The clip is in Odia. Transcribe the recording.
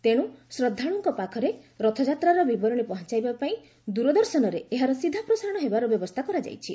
ତେଣୁ ଶ୍ରଦ୍ଧାଳୁଙ୍କ ପାଖରେ ରଥଯାତ୍ରାର ବିବରଣୀ ପହଞ୍ଚାଇବା ପାଇଁ ଦୂରଦର୍ଶନରେ ଏହାର ସିଧା ପ୍ରସାରଣ ହେବାର ବ୍ୟବସ୍ଥା କରାଯାଇଛି